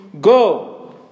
go